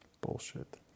bullshit